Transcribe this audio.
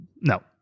No